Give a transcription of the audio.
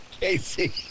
Casey